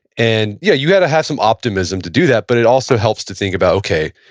and yeah, you got to have some optimism to do that. but it also helps to think about, okay,